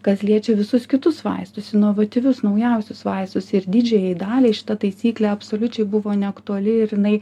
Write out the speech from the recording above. kas liečia visus kitus vaistus inovatyvius naujausius vaistus ir didžiajai daliai šita taisyklė absoliučiai buvo neaktuali ir jinai